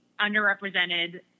underrepresented